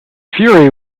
fury